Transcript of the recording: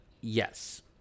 Yes